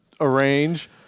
arrange